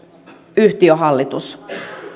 yhtiöhallitus